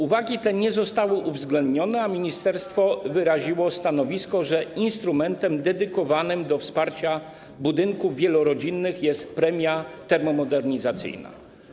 Uwagi te nie zostały uwzględnione, a ministerstwo wyraziło stanowisko, że instrumentem dedykowanym wsparciu budynków wielorodzinnych jest premia termomodernizacyjna.